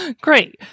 Great